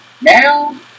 now